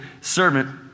servant